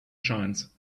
shines